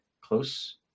close